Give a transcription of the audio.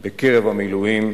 בקרב המילואים".